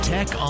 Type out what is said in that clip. Tech